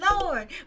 Lord